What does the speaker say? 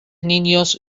niños